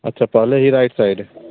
अच्छा पहले ही राईट साइड है